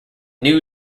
new